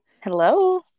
Hello